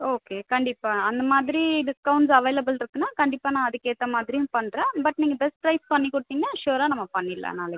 okay கண்டிப்பா அந்த மாதிரி டிஸ்கவுண்ட் அவைலபில் இருக்குன்னா கண்டிப்பா நான் அதுக்கு ஏற்ற மாதிரி பண்றேன் பட் நீங்க பெஸ்ட் ட்ரை பண்ணி கொடுத்தீங்கனா சூயரா நம்ம பண்ணிடலாம் நாளைக்கு